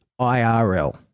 IRL